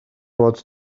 bod